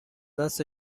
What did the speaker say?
دست